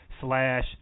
slash